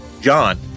John